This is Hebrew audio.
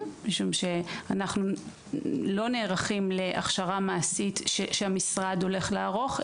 משום שאנחנו לא נערכים להכשרה מעשית שהמשרד הולך לערוך,